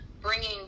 bringing